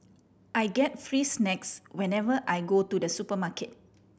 I get free snacks whenever I go to the supermarket